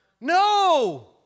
No